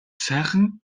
сайхан